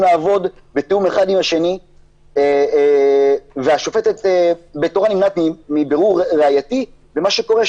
לעבוד בתיאום אחד עם השני והשופטת בתורה נמנעת מבירור ראייתי ומה שקורה,